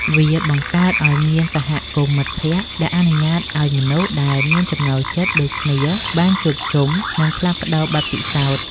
វាបង្កើតឱ្យមានសហគមន៍មិត្តភាព ដែលអនុញ្ញាតឱ្យមនុស្សដែលមានចំណូលចិត្តដូចគ្នាបានជួបជុំ និងផ្លាស់ប្តូរបទពិសោធន៍។